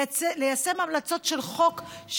ליישם המלצות של חוק,